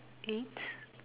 eight